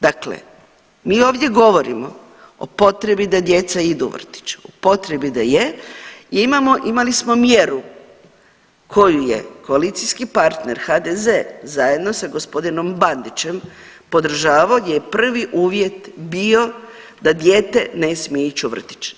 Dakle, mi ovdje govorimo o potrebi da djeca idu u vrtić, o potrebi da je i imali smo mjeru koju je koalicijski partner HDZ zajedno sa gospodinom Bandićem podržavao gdje je prvi uvjet bio da dijete ne smije ići u vrtić.